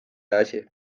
asi